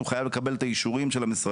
הוא חייב לקבל את האישורים של המשרדים.